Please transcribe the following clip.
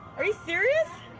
are you serious?